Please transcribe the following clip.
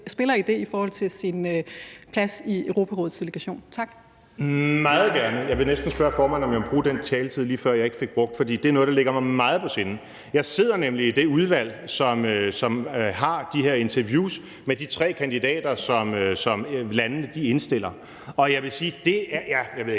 Kl. 13:40 Morten Messerschmidt (DF): Det vil jeg meget gerne. Jeg vil næsten spørge formanden, om jeg må bruge den taletid, jeg ikke fik brugt lige før, for det er noget, der ligger mig meget på sinde. Jeg sidder nemlig i det udvalg, som har de her interviews med de tre kandidater, som landene indstiller, og jeg vil sige, at det er – ja, jeg ved ikke,